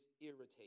irritating